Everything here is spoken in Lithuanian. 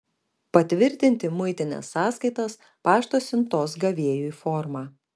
patvirtinti muitinės sąskaitos pašto siuntos gavėjui formą